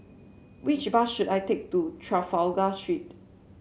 which bus should I take to Trafalgar Street